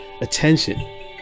attention